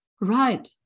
right